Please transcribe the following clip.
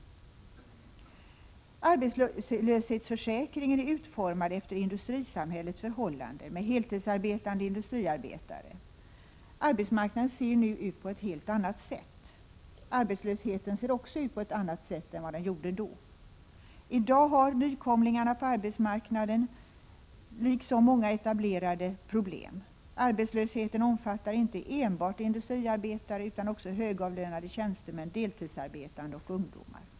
Arbetslöshetsförsäkringen är utformad efter industrisamhällets förhållanden med heltidsarbetande industriarbetare. Arbetsmarknaden ser nu ut på ett helt annat sätt. Arbetslösheten ser också ut på ett annat sätt än den gjorde då. I dag har nykomlingarna på arbetsmarknaden liksom många etablerade problem. Arbetslösheten omfattar inte enbart industriarbetare utan också högavlönade tjänstemän, deltidsarbetande och ungdomar.